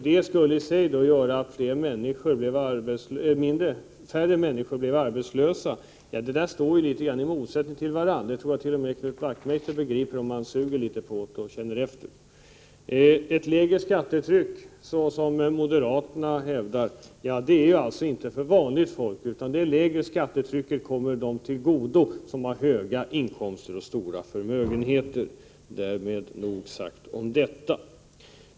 Det skulle innebära att färre människor blev arbetslösa. Ja, dessa påståenden står litet grand i motsättning till varandra. Jag tror att t.o.m. Knut Wachtmeister begriper detta, om han så att säga bara suger litet på det. Ett lägre skattetryck — på det sätt som moderaterna förespråkar — är alltså inte till för vanligt folk, utan ett lägre skattetryck kommer dem till godo som har höga inkomster och stora förmögenheter. Därmed har jag sagt tilräckligt om den saken.